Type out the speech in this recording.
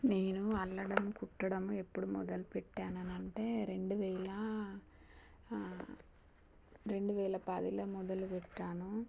నేను అల్లడం కుట్టడం ఎప్పుడు మొదలు పెట్టాననంటే రెండు వేల రెండు వేల పదిలో మొదలు పెట్టాను